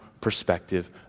perspective